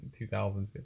2015